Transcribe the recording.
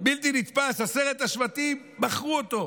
בלתי נתפס, עשרת השבטים מכרו אותו.